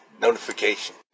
notification